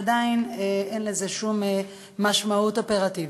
עדיין אין לזה שום משמעות אופרטיבית.